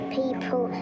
people